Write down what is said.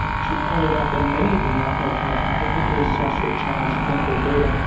she pointed out that many do not know how to adequately assess or challenge clinical data,